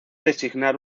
designar